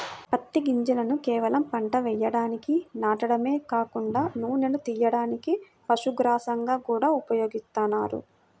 పత్తి గింజలను కేవలం పంట వేయడానికి నాటడమే కాకుండా నూనెను తియ్యడానికి, పశుగ్రాసంగా గూడా ఉపయోగిత్తన్నారు